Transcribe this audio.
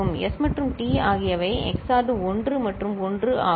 S மற்றும் T ஆகியவை XORed 1 மற்றும் 1 ஆகும்